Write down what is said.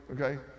okay